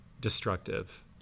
destructive